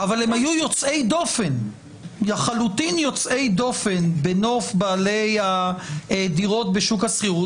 אבל הם היו יוצאים דופן לחלוטין בנוף בעלי דירות בשוק השכירות.